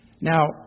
Now